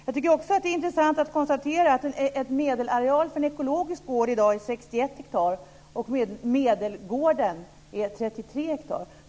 Jag tycker också att det är intressant att konstatera att en medelareal för en ekologisk gård i dag är 61 hektar och medelgården är 33 hektar.